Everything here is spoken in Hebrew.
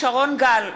שרון גל,